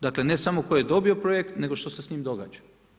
Dakle, ne samo tko je dobio projekt, nego što se s njim događa.